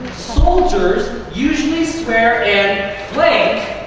soldiers usually swear an blank